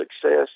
Success